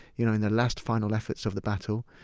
you know in their last final efforts of the battle,